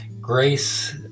Grace